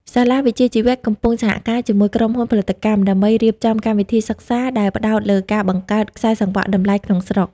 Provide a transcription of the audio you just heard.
សាលាវិជ្ជាជីវៈកំពុងសហការជាមួយក្រុមហ៊ុនផលិតកម្ម ដើម្បីរៀបចំកម្មវិធីសិក្សាដែលផ្ដោតលើការបង្កើត "ខ្សែសង្វាក់តម្លៃ" ក្នុងស្រុក។